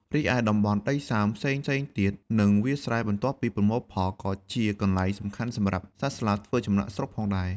រីឯ នៅតំបន់ដីសើមផ្សេងៗទៀត និងវាលស្រែបន្ទាប់ពីប្រមូលផល ក៏ជាកន្លែងសំខាន់សម្រាប់សត្វស្លាបធ្វើចំណាកស្រុកផងដែរ។